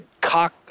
cock